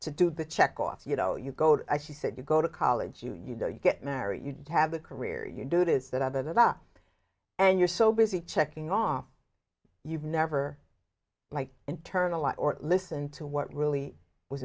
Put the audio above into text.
to do the check off you know you go to she said you go to college you you know you get married you have a career you do this that other that up and you're so busy checking off you've never like internalise or listen to what really was